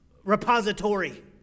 repository